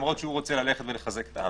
למרות שהוא רוצה ללכת ולחזק את העם.